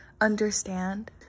understand